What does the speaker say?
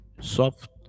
soft